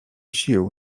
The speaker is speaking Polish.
sił